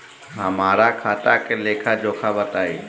हमरा खाता के लेखा जोखा बताई?